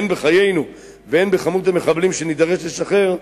הן בחיינו והן במספר המחבלים שנידרש לשחרר,